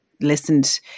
listened